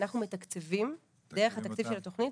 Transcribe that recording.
אנחנו מתקצבים דרך התקציב של התוכנית,